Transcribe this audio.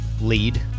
lead